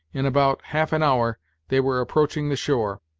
in about half an hour they were approaching the shore,